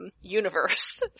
universe